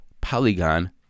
Polygon